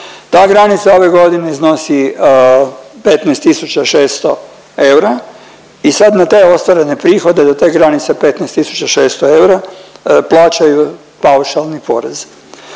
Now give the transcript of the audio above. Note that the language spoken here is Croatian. Ta granica ove godine iznosi 15600 eura i sad na te ostvarene prihode do te granice 15600 eura plaćaju paušalni porez.